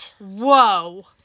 Whoa